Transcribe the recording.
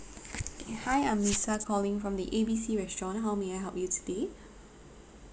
K hi I'm lisa calling from the A B C restaurant how may I help you today